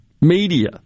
media